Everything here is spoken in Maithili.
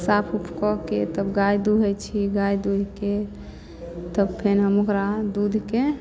साफ उफ कऽ कऽ तब गाइ दुहै छी गाइ दुहिके तब फेर हम ओकरा दूधके